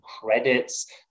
credits